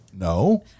No